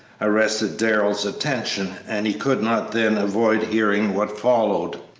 arrested darrell's attention, and he could not then avoid hearing what followed.